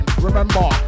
remember